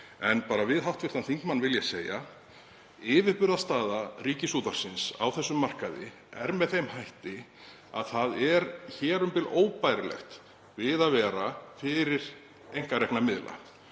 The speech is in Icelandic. jöfnu. Við hv. þingmann vil ég segja: Yfirburðastaða Ríkisútvarpsins á þessum markaði er með þeim hætti að það er hér um bil óbærilegt við að vera fyrir einkarekna miðla.